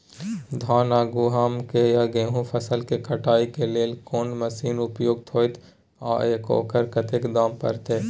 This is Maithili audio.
धान आ गहूम या गेहूं फसल के कटाई के लेल कोन मसीन उपयुक्त होतै आ ओकर कतेक दाम परतै?